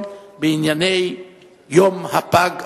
מס' 4116 בענייני יום הפג הבין-לאומי.